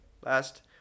last